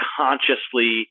consciously